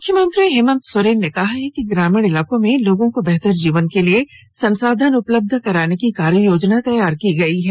मुख्यमंत्री हेमंत सोरेन ने कहा है कि ग्रामीण इलाकों में लोगों को बेहतर जीवन के लिए संसाधन उपलब्ध कराने की कार्ययोजना तैयार की गई है